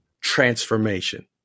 transformation